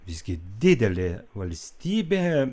visgi didelė valstybė